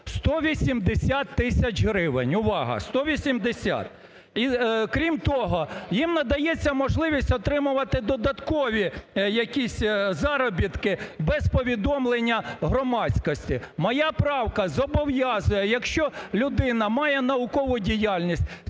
180 тисяч гривень! Увага! 180. І крім того, їм надається можливість отримувати додаткові якісь заробітки без повідомлення громадськості. Моя правка зобов'язує, якщо людина має наукову діяльність